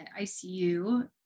ICU